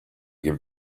give